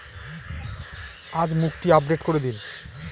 আজ মুক্তি আপডেট করে দিন